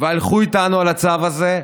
והלכו איתנו על הצו הזה,